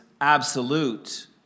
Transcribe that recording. absolute